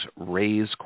raise